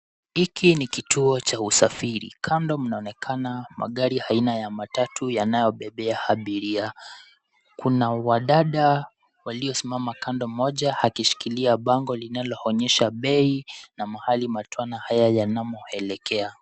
Hiki ni kituo cha usafiri. Kando mnaonekana magari ya aina ya matatu yanayobebea abiria. Kuna wadada waliosimama kando, mmoja akishikilia bango linaloonyesha bei na mahali matwana haya yanamoelekea.